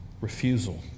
refusal